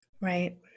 Right